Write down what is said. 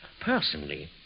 Personally